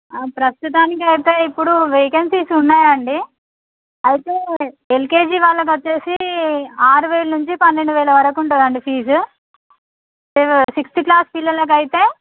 ప్రస్తుతానికి అయితే ఇప్పుడు వేకెన్సీస్ ఉన్నాయి అండి అయితే ఎల్కేజీ వాళ్ళకు వచ్చేసి ఆరు వేలు నుంచి పన్నెండు వేల వరకు ఉంటుంది అండి ఫీజు సిక్స్త్ క్లాస్ పిల్లలకు అయితే